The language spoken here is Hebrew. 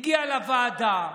הגיע לוועדה,